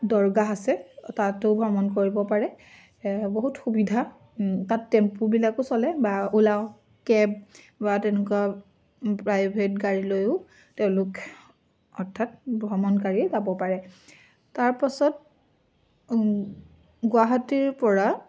দৰগাহ আছে তাতো ভ্ৰমণ কৰিব পাৰে বহুত সুবিধা তাত টেম্পুবিলাকো চলে বা অ'লা কেব বা তেনেকুৱা প্ৰাইভেট গাড়ীলৈও তেওঁলোক অৰ্থাৎ ভ্ৰমণকাৰী যাব পাৰে তাৰপাছত গুৱাহাটীৰ পৰা